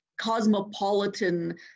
cosmopolitan